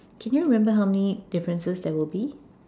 can you remember how many differences there will be